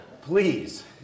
please